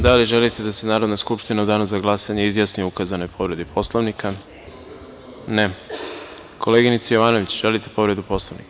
Da li želite da se Narodna skupština u danu za glasanje izjasni o ukazanoj povredi Poslovnika? (Ne.) Koleginice Jovanović, želite povredu Poslovnika?